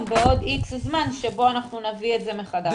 בעוד איקס זמן שבו אנחנו נביא את זה מחדש.